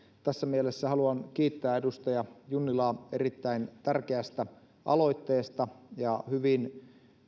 tässä mielessä haluan kiittää edustaja junnilaa erittäin tärkeästä aloitteesta ja hyvin